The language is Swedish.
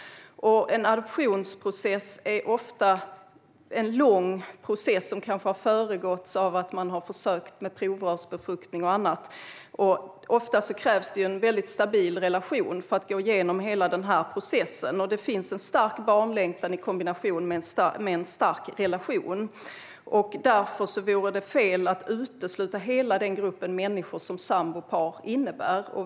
En adoptionsprocess är ofta en lång process som kanske har föregåtts av att man har försökt med provrörsbefruktning och annat. Ofta krävs det en väldigt stabil relation för att gå igenom hela processen. Det finns en stark barnlängtan i kombination med en stark relation. Därför vore det fel att utesluta hela den grupp människor som sambopar innebär.